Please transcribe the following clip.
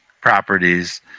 properties